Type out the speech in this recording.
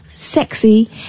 sexy